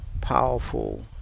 powerful